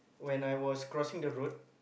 <S<